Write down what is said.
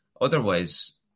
otherwise